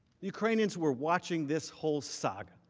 ukrainians were watching this whole saga.